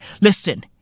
Listen